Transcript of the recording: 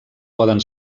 poden